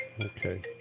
Okay